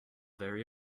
very